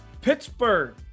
Pittsburgh